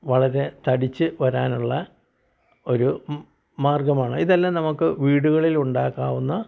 വളരെ തടിച്ച് വരാനുള്ള ഒരു മാർഗമാണ് ഇതെല്ലാം നമുക്ക് വീടുകളിൽ ഉണ്ടാക്കാവുന്ന